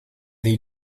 the